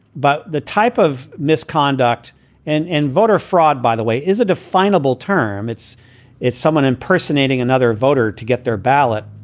but the type of misconduct and and voter fraud, by the way, is a definable term. it's it's someone impersonating another voter to get their ballot.